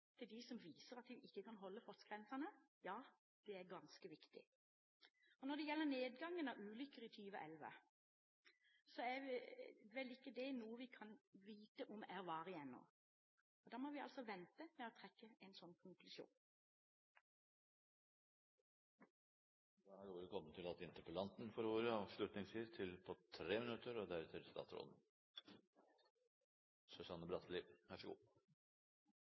som viser at de ikke kan holde fartsgrensene – ja, det er ganske viktig. Når det gjelder nedgangen av ulykker i 2011, er vel ikke det noe vi kan vite om er varig ennå. Da må vi vente med å trekke en slik konklusjon. Jeg vil benytte anledningen aller først til å takke for debatten. Det ble faktisk en litt annerledes debatt enn jeg trodde, men vi klarte å holde oss så